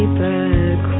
back